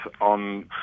on